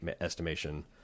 estimation